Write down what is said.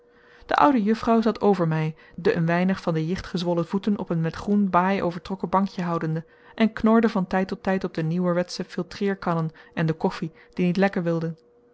de oude juffrouw zat over mij de een weinig van de jicht gezwollen voeten op een met groen baai overtrokken bankje houdende en knorde van tijd tot tijd op de nieuwerwetsche filtreerkannen en de koffie die niet lekken wilde